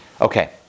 Okay